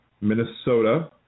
Minnesota